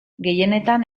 gehienetan